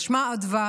אז שמה אדווה,